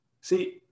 See